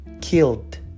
killed